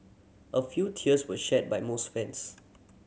a few tears were shed by most fans